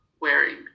wearing